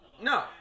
No